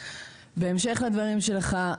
בהמשך לדברים שלך,